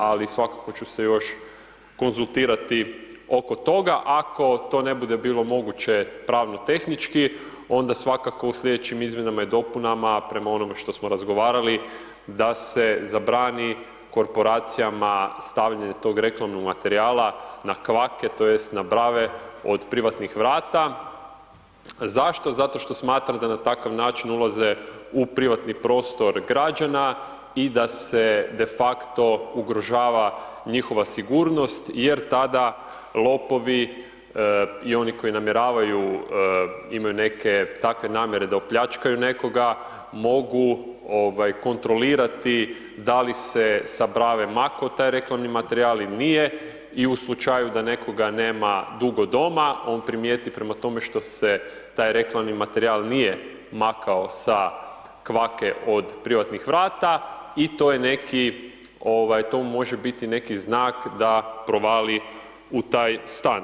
Ali, svakako ću se još konzultirati oko toga, ako to ne bude moguće pravno tehnički, onda svakako u sljedećim izmjenama i dopunama prema onome što smo razgovarali, da se zabrani korporacijama stavljanje tog reklamnog materijala na kvake tj. na brave od privatnih vrata, zašto, zato što smatra da na takav način ulaze u privatni prostor građana i da se defakto ugrožava njihova sigurnost jer tada lopovi i oni koji namjeravaju imaju neke takve namjere da opljačkaju nekoga mogu ovaj kontrolirati da li se sa brave mako taj reklamni materijal il nije i u slučaju da nekoga nema dugo doma on primijeti prema tome što se taj reklamni materijal nije makao sa kvake od privatnih vrata i to je neki, ovaj to mu može biti neki znak da provali u taj stan.